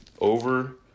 Over